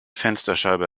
fensterscheibe